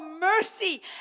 mercy